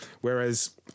whereas